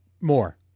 more